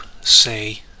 say